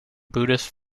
buddhist